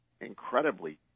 incredibly